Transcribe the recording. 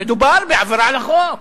מדובר בעבירה על החוק.